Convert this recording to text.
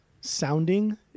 sounding